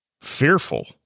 fearful